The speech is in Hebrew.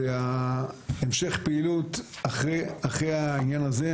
זה המשך הפעילות אחרי העניין הזה.